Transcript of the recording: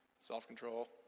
self-control